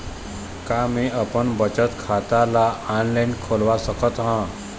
का मैं अपन बचत खाता ला ऑनलाइन खोलवा सकत ह?